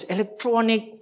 Electronic